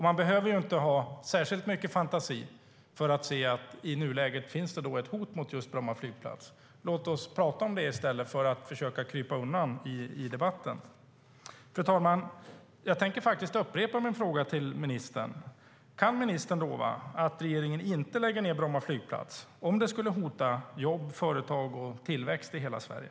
Man behöver inte ha särskilt mycket fantasi för att se att det i nuläget finns ett hot mot just Bromma flygplats. Låt oss prata om det, i stället för att försöka krypa undan i debatten! Fru talman! Jag tänker faktiskt upprepa min fråga till ministern: Kan ministern lova att regeringen inte lägger ned Bromma flygplats om det skulle hota jobb, företag och tillväxt i hela Sverige?